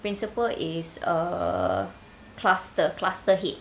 principal is err cluster cluster head